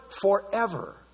forever